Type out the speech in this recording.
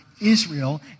Israel